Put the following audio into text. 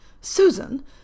Susan